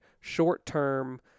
short-term